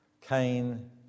Cain